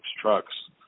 trucks